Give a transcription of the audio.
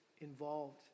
involved